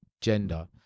gender